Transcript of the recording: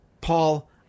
Paul